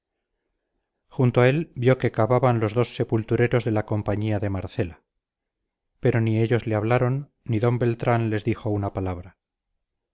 junto a él vio que cavaban los dos sepultureros de la compañía de marcela pero ni ellos le hablaron ni d beltrán les dijo una palabra